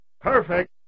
Perfect